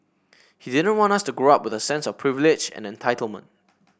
he didn't want us to grow up with a sense of privilege and entitlement